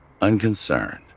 unconcerned